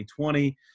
2020